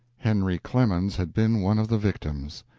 henry clemens had been one of the victims.